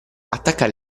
attaccare